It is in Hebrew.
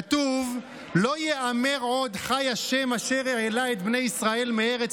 כתוב: "לא ייאמר עוד 'חי ה' אשר העלה את בני ישראל מארץ